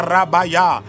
Rabaya